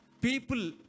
people